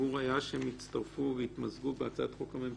הדיבור היה שהם יצטרפו ויתמזגו בהצעת החוק הממשלתית.